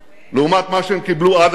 לעומת מה שהן קיבלו עד היום,